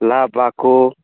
लाभाको